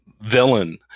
villain